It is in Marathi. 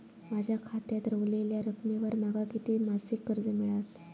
माझ्या खात्यात रव्हलेल्या रकमेवर माका किती मासिक कर्ज मिळात?